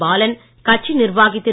பாலன் கட்சி நிர்வாகி திரு